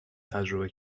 تجربه